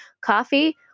Coffee